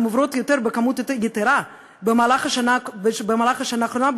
הן עוברות בכמות יתרה במהלך השנה האחרונה,